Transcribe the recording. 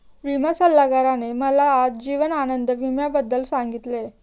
विमा सल्लागाराने मला आज जीवन आनंद विम्याबद्दल सांगितले